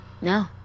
No